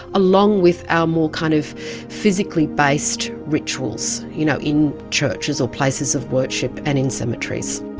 along with our more kind of physically based rituals, you know in churches or places of worship and in cemeteries.